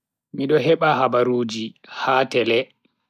Mido heba habaruuji ha tele.